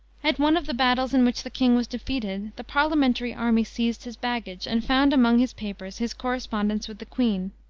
at one of the battles in which the king was defeated, the parliamentary army seized his baggage, and found among his papers his correspondence with the queen.